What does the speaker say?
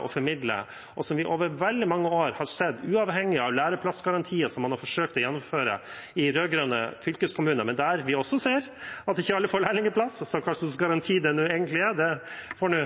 å formidle, og som vi har sett over veldig mange år – uavhengig av læreplassgarantier som man har forsøkt å gjennomføre i rød-grønne fylkeskommuner, der vi også ser at ikke alle får lærlingplass, så hva slags garanti det egentlig er, får